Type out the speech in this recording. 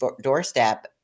doorstep